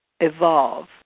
evolve